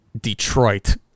Detroit